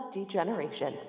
Degeneration